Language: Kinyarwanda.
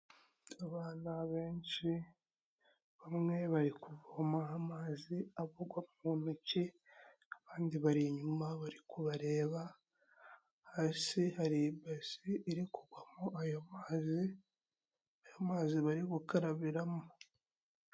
Abana benshi bamwe bari kuvoma amazi abagwa mu ntoki, abandi bari inyuma bari kubareba, hasi hari ibasi iri kugwamo ayo mazi, ayo mazi bari gukarabiramo.